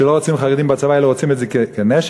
שלא רוצים חרדים בצבא אלא רוצים את זה כנשק,